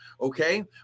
Okay